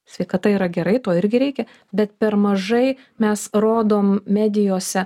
sveikata yra gerai to irgi reikia bet per mažai mes rodom medijose